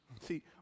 See